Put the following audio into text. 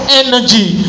energy